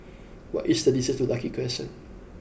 what is the distance to Lucky Crescent